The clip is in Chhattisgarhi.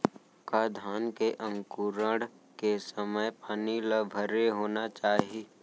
का धान के अंकुरण के समय पानी ल भरे होना चाही?